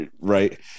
Right